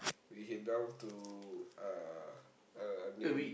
we head down to uh uh near